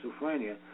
schizophrenia